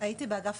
כאשר ההיערכות